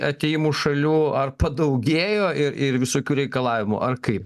atėjimu šalių ar padaugėjo ir ir visokių reikalavimų ar kaip